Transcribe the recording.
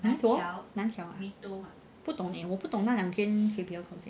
mee toh 不懂嘞我不懂那两间谁比较靠近